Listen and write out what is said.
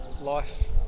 life